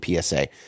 PSA